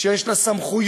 שיש לה סמכויות,